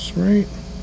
right